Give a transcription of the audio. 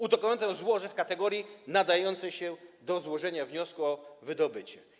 Udokumentowano złoża w kategorii nadającej się do złożenia wniosku o wydobycie.